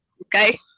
Okay